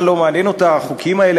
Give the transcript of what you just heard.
בכלל לא מעניין אותה החוקים האלה,